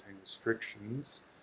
restrictions